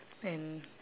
and